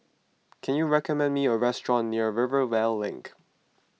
can you recommend me a restaurant near Rivervale Link